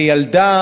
הרי ילדה